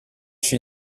she